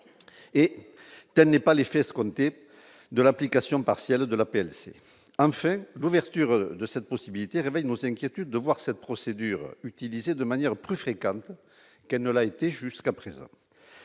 et elle n'est pas l'effet escompté de l'application partielle de l'PLC, c'est en fait l'ouverture de cette possibilité avec nos inquiétudes de voir cette procédure utilisée de manière plus fréquentes qu'elle ne l'a été jusqu'à présent,